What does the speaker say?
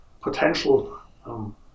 potential